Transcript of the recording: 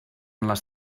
les